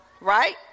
right